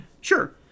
Sure